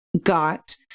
got